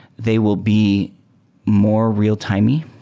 they will be more real-timey.